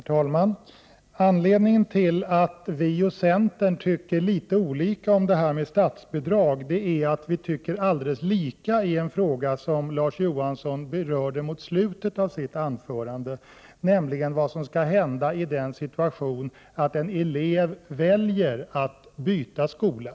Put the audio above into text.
Herr talman! Anledningen till att folkpartiet och centern tycker litet olika i fråga om statsbidrag är att vi tycker alldeles lika i en fråga som Larz Johansson berörde mot slutet av sitt anförande, nämligen vad som skall hända i den situationen men att en elev väljer att byta skola.